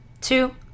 two